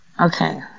Okay